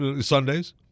Sundays